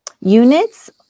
units